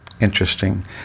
Interesting